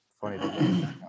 funny